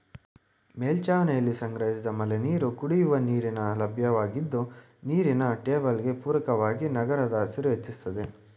ಮೇಲ್ಛಾವಣಿಲಿ ಸಂಗ್ರಹಿಸಿದ ಮಳೆನೀರು ಕುಡಿಯುವ ನೀರಿನ ಲಭ್ಯತೆಯಾಗಿದ್ದು ನೀರಿನ ಟೇಬಲ್ಗೆ ಪೂರಕವಾಗಿ ನಗರದ ಹಸಿರು ಹೆಚ್ಚಿಸ್ತದೆ